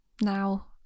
Now